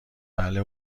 بله